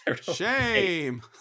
Shame